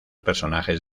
personajes